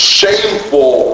shameful